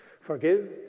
Forgive